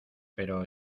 pero